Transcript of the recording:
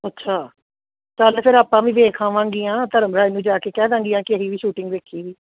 ਅੱਛਾ ਚੱਲ ਫਿਰ ਆਪਾਂ ਵੀ ਵੇਖ ਆਵਾਂਗੀਆਂ ਧਰਮਰਾਜ ਨੂੰ ਜਾ ਕੇ ਕਹਿ ਦਾਂਗੀਆਂ ਕਿ ਅਸੀਂ ਵੀ ਸ਼ੂਟਿੰਗ ਵੇਖੀ ਸੀ